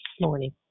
morning